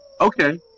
Okay